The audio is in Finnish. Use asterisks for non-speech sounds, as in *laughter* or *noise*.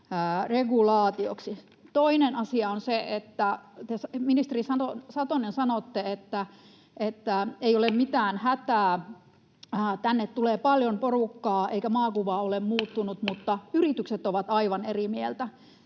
Toinen asia on se, että te, ministeri Satonen, sanotte, että ei ole *noise* mitään hätää, tänne tulee paljon porukkaa eikä maakuva ole muuttunut, *noise* mutta yritykset ovat aivan eri mieltä.